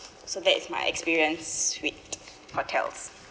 so that's my experience with hotels